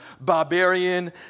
barbarian